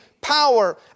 power